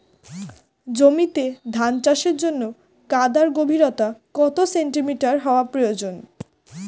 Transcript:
জমিতে ধান চাষের জন্য কাদার গভীরতা কত সেন্টিমিটার হওয়া প্রয়োজন?